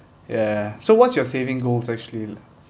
ya so what's your saving goals actually